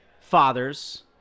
fathers